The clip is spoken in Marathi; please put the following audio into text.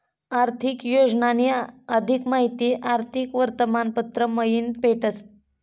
आर्थिक योजनानी अधिक माहिती आर्थिक वर्तमानपत्र मयीन भेटस